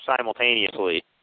simultaneously